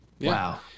Wow